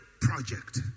project